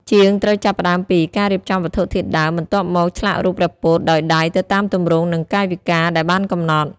ជាងត្រូវចាប់ផ្ដើមពី ការរៀបចំវត្ថុធាតុដើម បន្ទាប់មកឆ្លាក់រូបព្រះពុទ្ធដោយដៃទៅតាមទម្រង់និងកាយវិការដែលបានកំណត់។